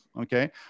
okay